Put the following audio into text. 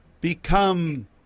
become